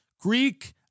Greek